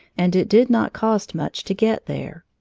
and it did not cost much to get there.